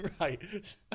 right